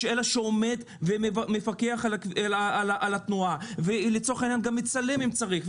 אלא שעומד ומפקח על התנועה ולצורך העניין גם מצלם אם צריך,